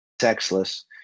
sexless